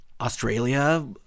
Australia